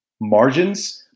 margins –